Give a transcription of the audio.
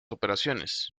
operaciones